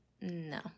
No